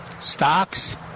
Stocks